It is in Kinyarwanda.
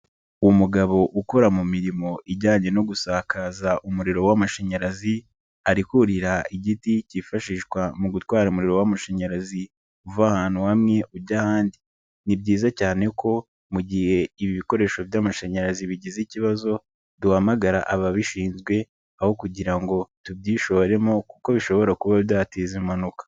Umugabo ukora mu mirimo ijyanye no gusakaza umuriro w'amashanyarazi, arikurira igiti cyifashishwa mu gutwara umuriro w'amashanyarazi uva ahantu hamwe ujya ahandi, ni byiza cyane ko mu gihe ibi bikoresho by'amashanyarazi bigize ikibazo duhamagara ababishinzwe, aho kugira ngo tubyishoremo kuko bishobora kuba byateza impanuka.